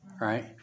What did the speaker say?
right